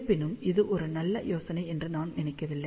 இருப்பினும் இது ஒரு நல்ல யோசனை என்று நான் நினைக்கவில்லை